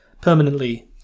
permanently